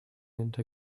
into